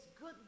good